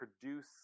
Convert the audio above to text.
produce